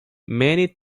many